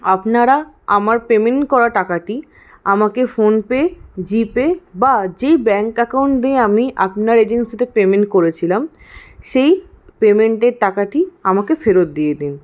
আপনারা আমার পেমেন্ট করা টাকাটি আমাকে ফোন পে জি পে বা যেই ব্যাঙ্ক অ্যাকাউন্ট দিয়ে আমি আপনার এজেন্সিতে পেমেন্ট করেছিলাম সেই পেমেন্টের টাকাটি আমাকে ফেরত দিয়ে দিন